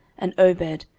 and obed,